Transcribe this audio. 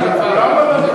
מליאה.